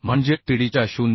म्हणजे TDच्या 0